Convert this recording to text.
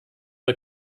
der